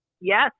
Yes